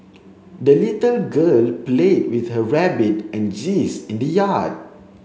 the little girl played with her rabbit and in the yard